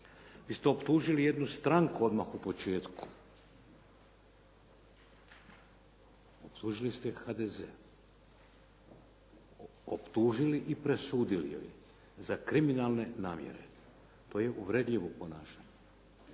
Vi ste optužili jednu stranku odmah u početku. Optužili ste HDZ. Optužili i presudili joj za kriminalne namjere. To je uvredljivo ponašanje.